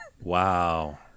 wow